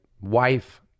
wife